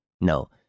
No